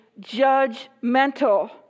judgmental